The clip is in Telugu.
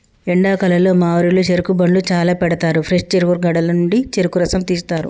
ఎండాకాలంలో మా ఊరిలో చెరుకు బండ్లు చాల పెడతారు ఫ్రెష్ చెరుకు గడల నుండి చెరుకు రసం తీస్తారు